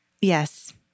Yes